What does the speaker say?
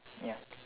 ya